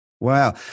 Wow